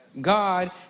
God